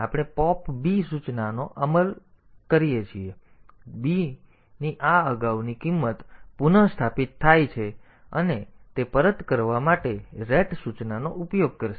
તેથી આપણે pop b સૂચનાનો ઉપયોગ કરીએ છીએ જેથી b ની આ અગાઉની કિંમત પુનઃસ્થાપિત થાય અને પછી તે પરત કરવા માટે ret સૂચનાનો ઉપયોગ કરશે